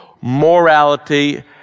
morality